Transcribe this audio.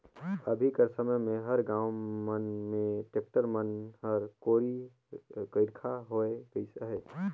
अभी कर समे मे हर गाँव मन मे टेक्टर मन हर कोरी खरिखा होए गइस अहे